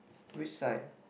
which side